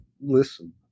Listen